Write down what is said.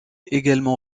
également